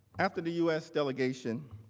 after the u s. delegation,